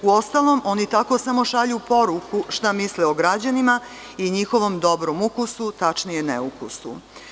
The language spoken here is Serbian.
Uostalom, oni tako samo šalju poruku šta misle o građanima i njihovom dobrom ukusu, tačnije neukusu.